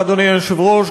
אדוני היושב-ראש,